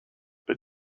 but